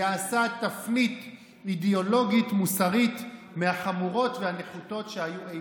ועשה תפנית אידיאולוגית-מוסרית מהחמורות והנחותות שהיו אי-פעם.